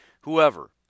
whoever